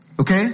Okay